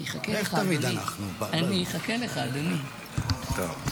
לאלה שעודם בחיים אין זמן,